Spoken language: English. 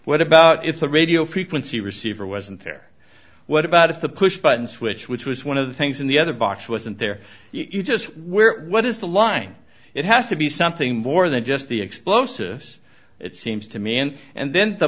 what about if the radio frequency receiver wasn't there what about if the push button switch which was one of the things in the other box wasn't there you just where does the line it has to be something more than just the explosives it seems to me and and then the